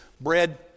bread